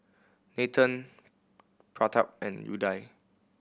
Nathan Pratap and Udai